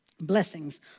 Blessings